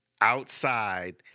outside